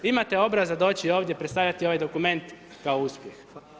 Imate obraza doći ovdje i predstaviti ovaj dokument kao uspjeh.